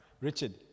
Richard